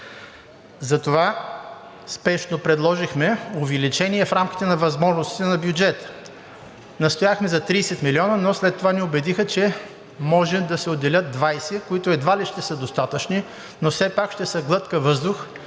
затова спешно предложихме увеличение в рамките на възможностите на бюджета. Настояхме за 30 милиона, но след това ни убедиха, че може да се отделят 20, които едва ли ще са достатъчни, но все пак ще са глътка въздух,